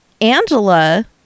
Angela